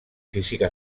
física